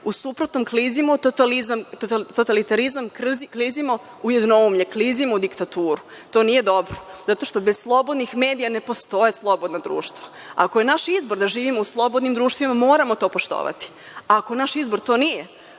U suprotnom, klizimo u totalitarizam, klizimo u jednoumlje. Klizimo u diktaturu. To nije dobro. Zato što bez slobodnih medija ne postoje slobodna društva. Ako je naš izbor da živimo u slobodnim društvima, moramo to poštovati. Ako naš izbor to nije,